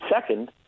Second